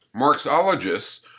Marxologists